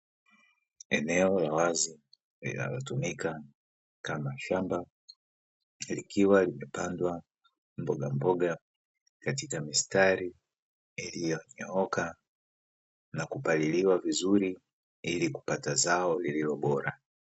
Eneo la wazi linalotumika kama shamba, likiwa limepandwa mboga mboga katika mistari iliyonyooka na kupaliliwa vizuri ili kupata zao lililobora.